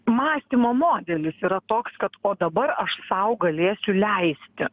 mąstymo modelis yra toks kad o dabar aš sau galėsiu leisti